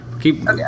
keep